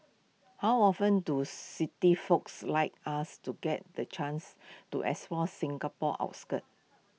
how often do city folks like us to get the chance to explore Singapore's outskirts